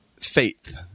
faith